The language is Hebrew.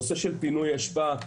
נושא של פינוי אשפה,